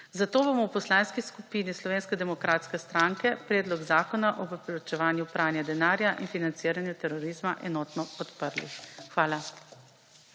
Zato bomo v Poslanski skupini Slovenske demokratske stranke Predlog zakona o preprečevanju pranja denarja in financiranja terorizma enotno podprli. Hvala.